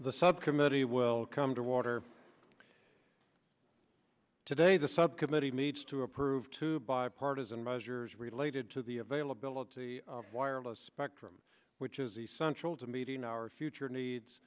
the subcommittee will come to water today the subcommittee needs to approve two bipartisan measures related to the availability of wireless spectrum which is essential to meeting our future needs